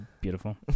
beautiful